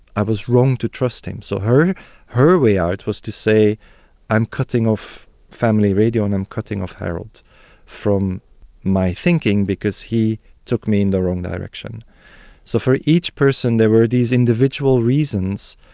i was wrong to trust him. so her her way out was to say i'm cutting off family radio and i'm cutting off harold from my thinking because he took me in the wrong direction so for each person there were these individual reasons,